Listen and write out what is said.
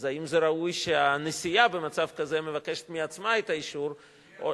אז האם ראוי שהנשיאה במצב כזה מבקשת מעצמה את האישור או,